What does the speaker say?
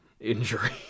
injury